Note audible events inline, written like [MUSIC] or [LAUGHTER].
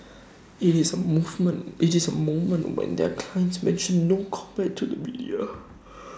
IT is the moment IT is the moment when their clients mention no comment to the media [NOISE]